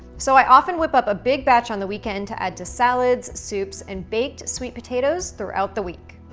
so i often whip up a big batch on the weekend to add to salads, soups, and baked sweet potatoes throughout the week.